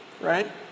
right